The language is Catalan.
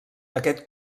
aquest